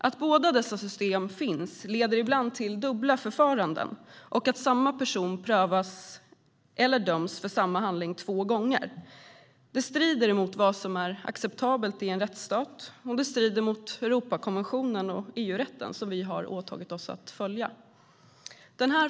Att båda dessa system finns leder ibland till dubbla förfaranden och till att samma person prövas eller döms för samma handling två gånger. Det strider mot vad som är acceptabelt i en rättsstat, och det strider mot Europakonventionen och EU-rätten, som vi har åtagit oss att följa.